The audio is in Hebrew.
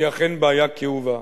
היא אכן בעיה כאובה.